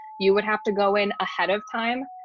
you would have to go in ahead of time,